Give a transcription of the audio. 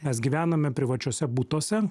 mes gyvename privačiuose butuose